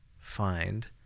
find